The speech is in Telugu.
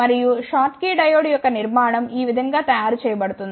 మరియు షాట్కీ డయోడ్ యొక్క నిర్మాణం ఈ విధం గా తయారు చేయబడింది